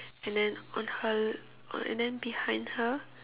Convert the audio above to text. and then on her and then behind her